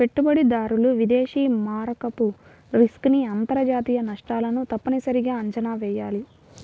పెట్టుబడిదారులు విదేశీ మారకపు రిస్క్ ని అంతర్జాతీయ నష్టాలను తప్పనిసరిగా అంచనా వెయ్యాలి